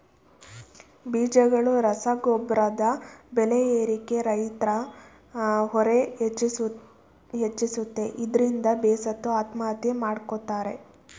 ಬೀಜಗಳು ರಸಗೊಬ್ರದ್ ಬೆಲೆ ಏರಿಕೆ ರೈತ್ರ ಹೊರೆ ಹೆಚ್ಚಿಸುತ್ತೆ ಇದ್ರಿಂದ ಬೇಸತ್ತು ಆತ್ಮಹತ್ಯೆ ಮಾಡ್ಕೋತಾರೆ